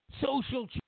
Social